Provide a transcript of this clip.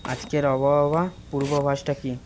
আজকের আবহাওয়া পূর্বাভাষটা কি